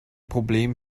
problem